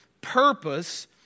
purpose